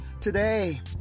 today